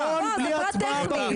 מסר את חברון בלי הצבעה בכנסת.